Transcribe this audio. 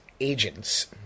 agents